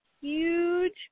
huge